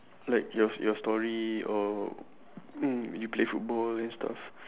like your your story or you play football and stuff